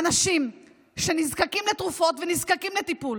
לאנשים שנזקקים לתרופות ונזקקים לטיפול